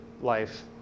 life